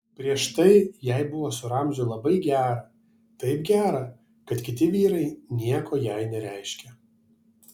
prieš tai jai buvo su ramziu labai gera taip gera kad kiti vyrai nieko jai nereiškė